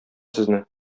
сезне